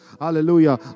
Hallelujah